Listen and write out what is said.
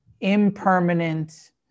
impermanent